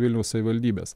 vilniaus savivaldybės